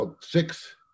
six